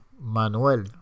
Manuel